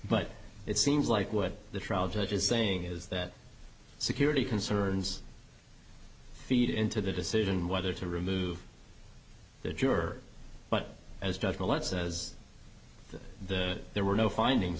but it seems like what the trial judge is saying is that security concerns feed into the decision whether to remove the juror but as dr letson as there were no findings